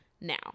now